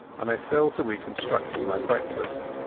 and i fell to reconstructing my breakfast.